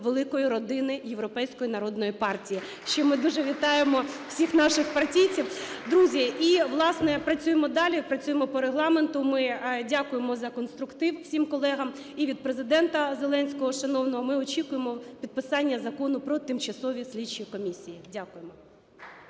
великої родини Європейської народної партії. З чим ми дуже вітаємо всіх наших партійців. Друзі, і, власне, працюємо далі, працюємо по Регламенту. Ми дякуємо за конструктив всім колегам, і від Президента Зеленського шановного ми очікуємо підписання Закону про тимчасові слідчі комісії. Дякуємо.